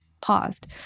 paused